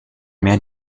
mehr